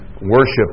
worship